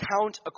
count